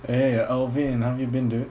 eh alvin how've you been dude